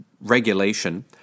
regulation